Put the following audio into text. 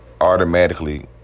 automatically